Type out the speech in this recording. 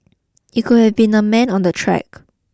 it could have been a man on the track